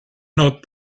not